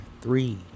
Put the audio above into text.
three